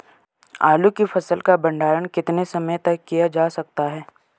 आलू की फसल का भंडारण कितने समय तक किया जा सकता है?